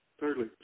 Thirdly